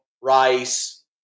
Rice